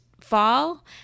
fall